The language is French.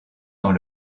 dans